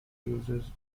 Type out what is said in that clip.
uses